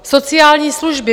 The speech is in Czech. Sociální služby.